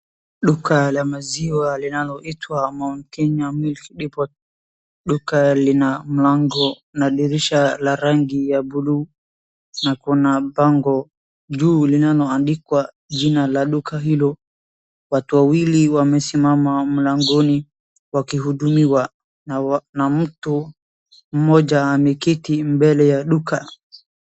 Duka la maziwa linaloitwa Mount Kenya Milk Depot , duka lina mlango na dirisha la rangi ya blue , na kuna bango juu linaloandikwa jina la duka hilo, watu wawili wamesimama mlangoni wakihudumiwa na mtu mmoja ameketi mbele ya duka.